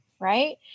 right